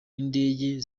n’indege